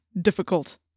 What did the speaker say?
difficult